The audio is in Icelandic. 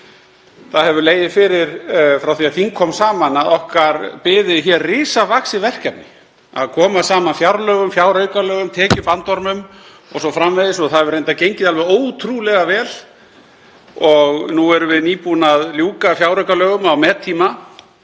Það hefur legið fyrir frá því að þing kom saman að okkar biði risavaxið verkefni, að koma saman fjárlögum, fjáraukalögum, tekjubandormum o.s.frv. Það hefur reyndar gengið alveg ótrúlega vel. Nú erum við nýbúin að ljúka fjáraukalögum á mettíma